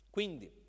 Quindi